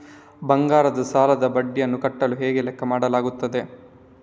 ಬಂಗಾರದ ಸಾಲದ ಬಡ್ಡಿಯನ್ನು ಕಟ್ಟಲು ಹೇಗೆ ಲೆಕ್ಕ ಮಾಡಲಾಗುತ್ತದೆ?